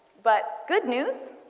but good news,